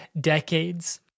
decades